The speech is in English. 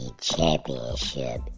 championship